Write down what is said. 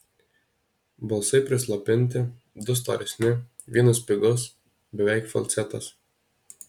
balsai prislopinti du storesni vienas spigus beveik falcetas